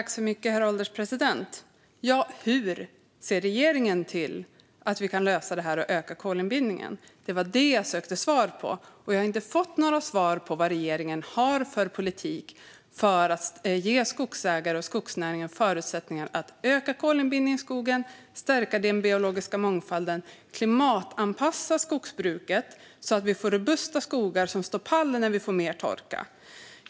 Herr ålderspresident! Ja, hur ser regeringen till att vi kan lösa det här och öka kolinbindningen? Det var det jag sökte svar på. Men jag har inte fått några svar på vad regeringen har för politik för att ge skogsägarna och skogsnäringen förutsättningar att öka kolinbindningen i skogen, stärka den biologiska mångfalden och klimatanpassa skogsbruket så att vi får robusta skogar som står pall när vi får mer torka.